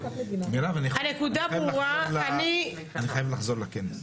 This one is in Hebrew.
מירב, אני חייב לחזור לכנס.